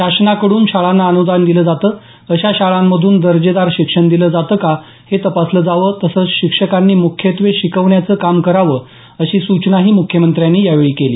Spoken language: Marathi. शासनाकडून शाळांना अनुदान दिलं जातं अशा शाळांमधून दर्जेदार शिक्षण दिलं जातं का हे तपासलं जावं तसंच शिक्षकांनी मुख्यत्त्वे शिकवण्याचं काम करावं अशी सूचनाही मुख्यमंत्र्यांनी यावेळी केली